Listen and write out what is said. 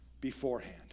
beforehand